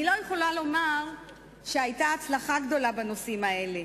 אני לא יכולה לומר שהיתה הצלחה גדולה בנושאים האלה.